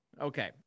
Okay